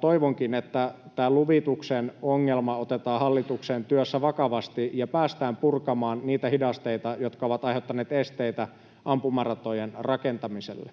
Toivonkin, että tämä luvituksen ongelma otetaan hallituksen työssä vakavasti ja päästään purkamaan niitä hidasteita, jotka ovat aiheuttaneet esteitä ampumaratojen rakentamiselle.